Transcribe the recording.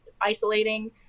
isolating